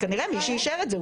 כנראה מי שאישר את זה שם,